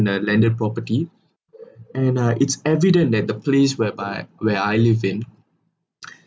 the landed property and uh it's evident that the place whereby where I live in